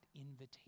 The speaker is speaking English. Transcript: invitation